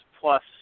plus